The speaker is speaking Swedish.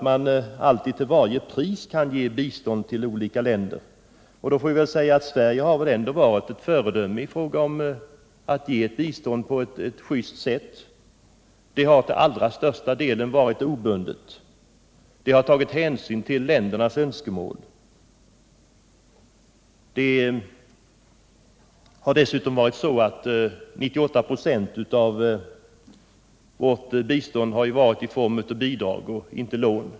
Man kan inte till varje pris ge bistånd till olika länder, och Sverige har väl ändå varit ett föredöme i fråga om att ge bistånd på ett just sätt. Biståndet har till allra största delen varit obundet. Vi har tagit hänsyn till ländernas önskemål. Av det bistånd vi har lämnat har 98 96 givits i form av bidrag och inte lån.